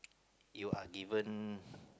you are given